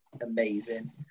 amazing